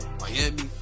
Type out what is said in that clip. Miami